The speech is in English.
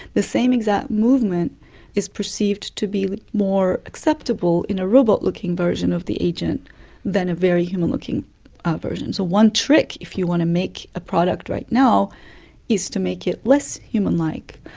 the same exact movement is perceived to be more acceptable in a robot-looking version of the agent than a very human-looking ah version. so one trick if you want to make a product right now is to make it less human-like.